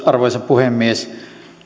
arvoisa puhemies